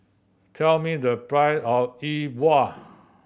tell me the price of E Bua